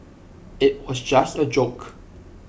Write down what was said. IT was just A joke